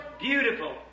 beautiful